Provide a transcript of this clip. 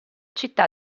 città